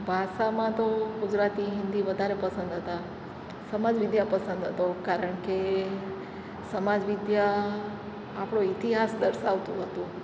ભાષામાં તો ગુજરાતી હિન્દી વધારે પસંદ હતા સમાજવિદ્યા પસંદ હતું કારણકે સમાજવિદ્યા આપણો ઇતિહાસ દર્શાવતું હતું